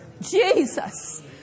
Jesus